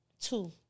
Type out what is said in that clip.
two